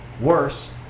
Worse